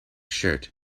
shirt